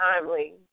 timely